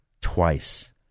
twice